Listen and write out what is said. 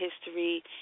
history